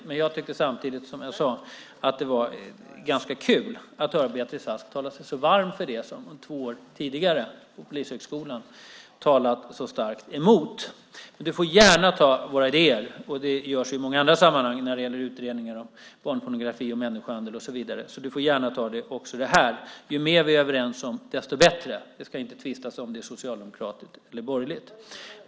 Jag tycker samtidigt att det var ganska kul att höra Beatrice Ask tala sig så varm för det som hon två år tidigare på Polishögskolan i Solna talade så starkt emot. Du får gärna ta våra idéer. Det görs i många andra sammanhang när det gäller utredningar av barnpornografi och människohandel och så vidare. Du får gärna ta också den här idén. Ju mer vi är överens om, desto bättre. Det ska inte tvistas om det är socialdemokratiskt eller borgerligt.